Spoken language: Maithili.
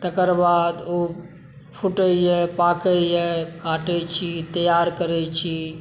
तकर बाद ओ फूटै यऽ पाकै यऽ काटै छी तैआर करै छी